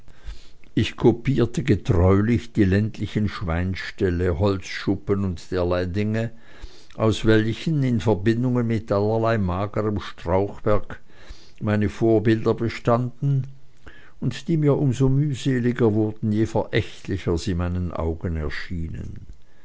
ich kopierte getreulich die ländlichen schweinställe holzschuppen und derlei dinge aus welchen in verbindungen mit allerlei magerm strauchwerk meine vorbilder bestanden und die mir um so mühseliger wurden je verächtlicher sie meinen augen erschienen